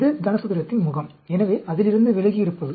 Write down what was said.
இது கனசதுரத்தின் முகம் எனவே அதிலிருந்து விலகியிருப்பது